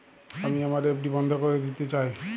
আমি আমার এফ.ডি বন্ধ করে দিতে চাই